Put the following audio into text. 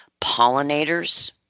pollinators